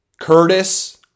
Curtis